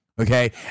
Okay